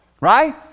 right